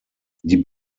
die